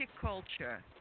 culture